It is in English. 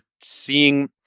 seeing